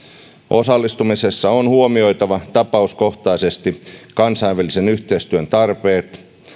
osallistumisessa on huomioitava tapauskohtaisesti kansainvälisen yhteistyön tarpeet